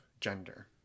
gender